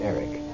Eric